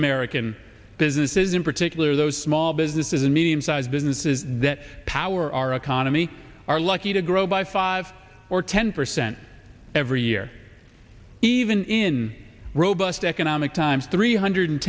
american businesses in particular those small businesses and medium sized businesses that power our economy are lucky to grow by five or ten percent every year even in robust economic times three hundred